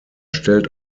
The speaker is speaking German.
stellt